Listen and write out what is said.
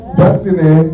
destiny